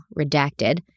redacted